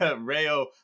Rayo